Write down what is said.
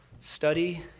study